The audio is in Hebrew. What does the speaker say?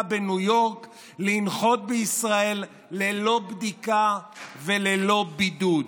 בניו יורק לנחות בישראל ללא בדיקה וללא בידוד.